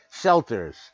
shelters